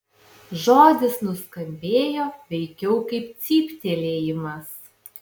žodis nuskambėjo veikiau kaip cyptelėjimas